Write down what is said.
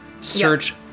search